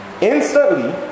Instantly